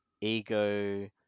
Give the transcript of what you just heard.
ego